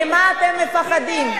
ממה אתם מפחדים?